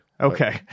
Okay